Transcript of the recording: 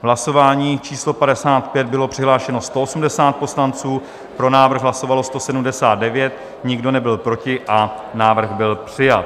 V hlasování číslo 55 bylo přihlášeno 180 poslanců, pro návrh hlasovalo 179, nikdo nebyl proti a návrh byl přijat.